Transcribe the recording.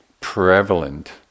prevalent